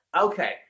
okay